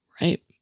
right